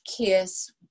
Kiss